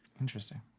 interesting